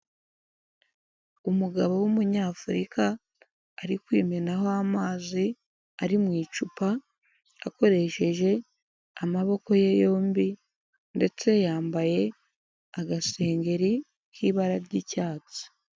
Umugabo w'umunyafurika ari kwimenaho amazi ari mu icupa akoresheje amaboko ye yombi ndetse yambaye agasengeri k'ibara ry'icyatsi.